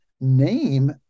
name